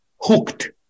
hooked